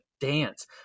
dance